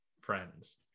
friends